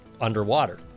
underwater